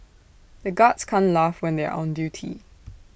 the guards can't laugh when they are on duty